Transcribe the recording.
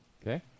Okay